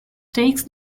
takes